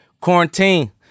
quarantine